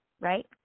right